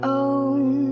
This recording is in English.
own